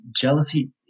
jealousy